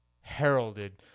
heralded